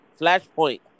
Flashpoint